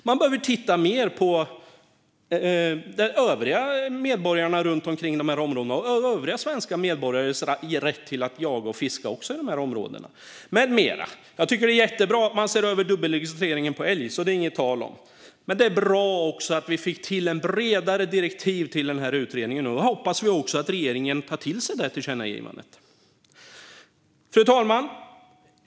Man behöver titta mer på övriga medborgare runt omkring dessa områden och på övriga svenska medborgares rätt att jaga och fiska i dessa områden. Jag tycker att det är jättebra att man ser över dubbelregistreringen av älg - inget tal om det. Det var också bra att vi fick till ett bredare direktiv till den här utredningen. Nu hoppas vi att regeringen tar till sig detta tillkännagivande. Fru talman!